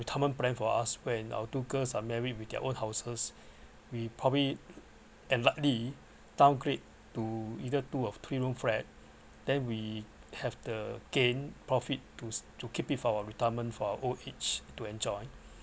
retirement plan for us when our two girls are married with their own houses we probably unlikely downgrade to either two or three room flat then we have the gain profit to to keep it for our retirement for our old age to enjoy